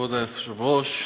כבוד היושב-ראש,